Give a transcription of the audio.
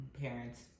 parents